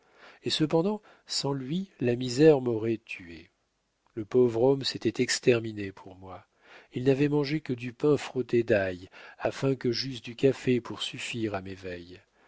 et cependant sans lui la misère m'aurait tué le pauvre homme s'était exterminé pour moi il n'avait mangé que du pain frotté d'ail afin que j'eusse du café pour suffire à mes